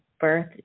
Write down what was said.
birth